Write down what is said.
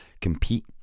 compete